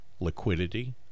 liquidity